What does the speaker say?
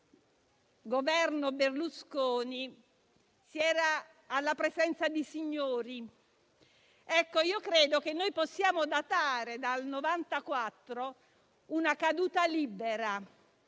Governo Berlusconi, si era alla presenza di signori. Credo che noi possiamo datare, dal 1994, una caduta libera